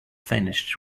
finished